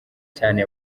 cyane